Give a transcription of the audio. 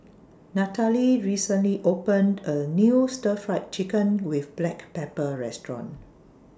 Natalie recently opened A New Stir Fried Chicken with Black Pepper Restaurant